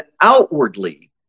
outwardly